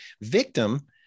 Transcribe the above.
victim